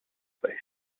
space